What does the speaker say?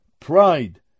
pride